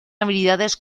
habilidades